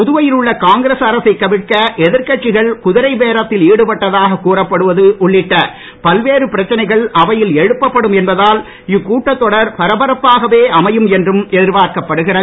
புதுவையில் உள்ள காங்கிரஸ் அரசைக் கவிழ்க்க எதிர் கட்சிகள் குதிரை பேரத்தில் ஈடுபட்டதாக கூறப்படுவது உள்ளிட்ட பல்வேறு பிரச்சனைகள் அவையில் எழுப்பப் படும் என்பதால் இக்கூட்டத்தொடர் பரபரப்பாகவே அமையும் என்றும் எதிர்பார்க்கப் படுகிறது